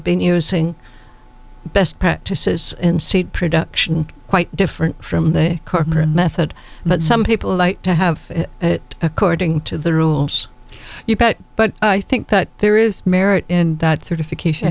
been using best practices and seed production quite different from the corner method but some people like to have it according to the rules you bet but i think that there is merit in that certification